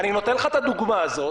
אני נותן לך את הדוגמה הזאת: